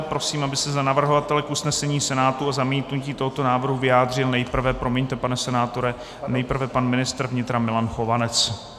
Prosím, aby se za navrhovatele k usnesení Senátu o zamítnutí tohoto návrhu vyjádřil nejprve promiňte, pane senátore nejprve pan ministr vnitra Milan Chovanec.